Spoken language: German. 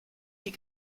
die